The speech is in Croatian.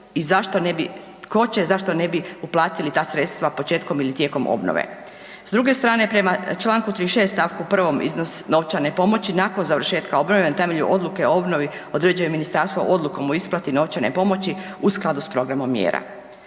zašto ne bi uplatili ta sredstva početkom ili tijekom obnove? S druge strane, prema čl. 36. st. 1. iznos novčane pomoći nakon završetka obnove na temelju odluke o obnovi određuje ministarstvo odlukom o isplati novčane pomoći u skladu s programom mjera.